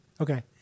Okay